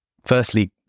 firstly